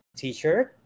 t-shirt